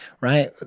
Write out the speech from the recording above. right